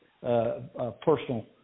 personal